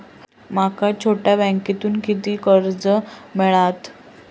माका छोट्या बँकेतून किती कर्ज मिळात?